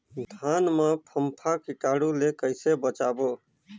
धान मां फम्फा कीटाणु ले कइसे बचाबो?